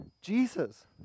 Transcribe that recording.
Jesus